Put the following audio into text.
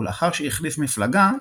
ולאחר שהחליף מפלגה,